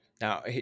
now